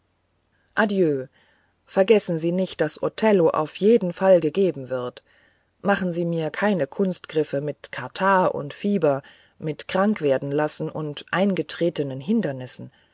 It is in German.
vergessen sie nicht daß othello auf jeden fall gegeben wird machen sie mir keine kunstgriffe mit katarrh und fieber mit krankwerdenlassen und eingetretenen hindernissen